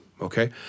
Okay